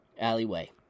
alleyway